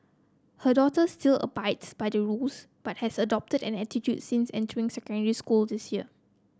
her daughter still abides by the rules but has adopted an attitude since entering secondary school this year